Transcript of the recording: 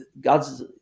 God's